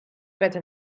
better